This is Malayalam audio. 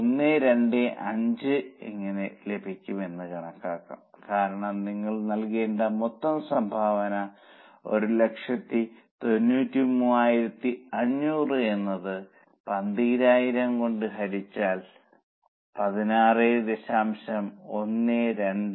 125 എങ്ങനെ ലഭിക്കും എന്ന് കണക്കാക്കാം കാരണം നിങ്ങൾ നൽകേണ്ട മൊത്തം സംഭാവന 193500 എന്നത് 12000 കൊണ്ട് ഹരിച്ചാൽ നിങ്ങൾക്ക് 16